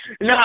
No